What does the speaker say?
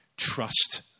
trust